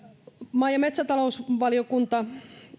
maa ja metsätalousvaliokunta